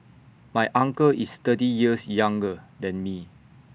my uncle is thirty years younger than me